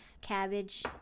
Cabbage